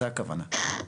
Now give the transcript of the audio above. זה הכוונה.